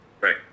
Right